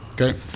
Okay